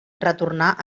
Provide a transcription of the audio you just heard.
retornà